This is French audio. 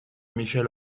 michelle